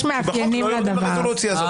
בחוק לא יורדים לרזולוציה הזאת.